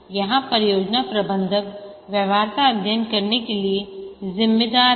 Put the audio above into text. यहाँ परियोजना प्रबंधक व्यवहार्यता अध्ययन करने के लिए जिम्मेदार है